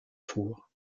fours